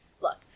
Look